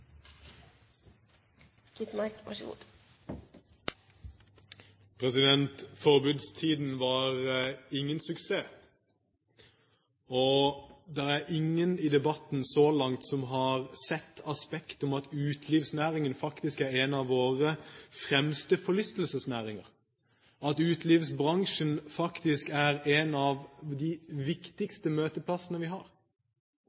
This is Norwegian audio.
i debatten så langt som har sett aspektet ved at utelivsnæringen faktisk er en av våre fremste forlystelsesnæringer, at utelivsbransjen faktisk er en av